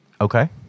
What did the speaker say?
Okay